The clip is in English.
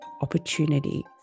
opportunity